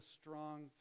strong